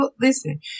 Listen